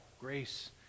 grace